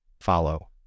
follow